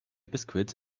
biscuits